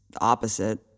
opposite